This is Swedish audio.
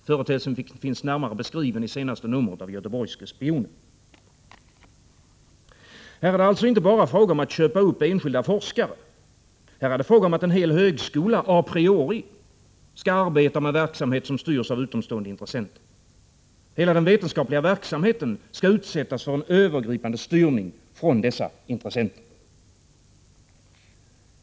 Företeelsen finns närmare beskriven i senaste numret av Götheborgske Spionen. Här är det alltså inte bara fråga om att köpa upp enskilda forskare. Här är det fråga om att en hel högskola a priori skall arbeta med verksamhet som styrs av utomstående intressenter. Hela den vetenskapliga verksamheten skall utsättas för en övergripande styrning från dessa intressenter.